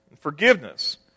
forgiveness